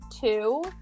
two